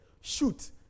Shoot